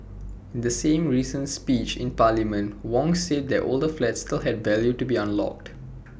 in the same recent speech in parliament Wong said that older flats still had value to be unlocked